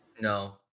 No